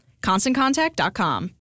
ConstantContact.com